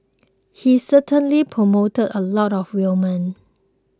he certainly promoted a lot of women